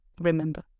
Remember